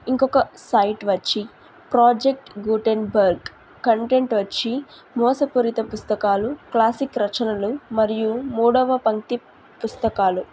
ఇంకొక సైట్ వచ్చి project Gutenberg content వచ్చి మోసపూరిత పుస్తకాలు క్లాసిక్ రచనలు మరియు మూడవ పంక్తి పుస్తకాలు